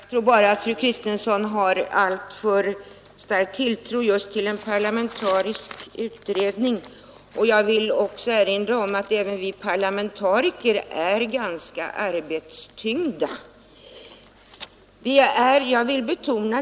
Herr talman! Jag tror bara att fru Kristensson har alltför stark tilltro till just en parlamentarisk utredning, och jag vill erinra om att även vi parlamentariker är ganska arbetstyngda.